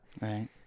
Right